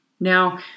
Now